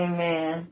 Amen